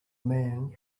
man